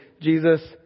Jesus